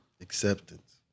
acceptance